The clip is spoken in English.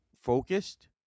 focused